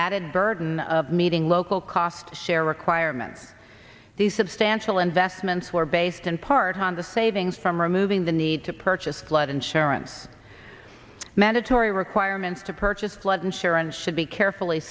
added burden of meeting local cost share requirements the substantial investments were based in part on the savings from removing the need to purchase flood insurance mandatory requirements to purchase flood insurance should be carefully